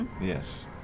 yes